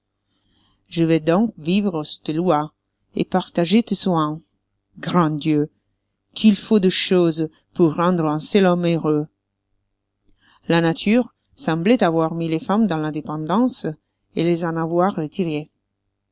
je vais donc vivre sous tes lois et partager tes soins grand dieu qu'il faut de choses pour rendre un seul homme heureux la nature sembloit avoir mis les femmes dans la dépendance et les en avoir retirées